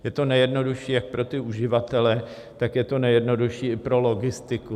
Je to nejjednodušší jak pro uživatele, tak je to nejjednodušší i pro logistiku.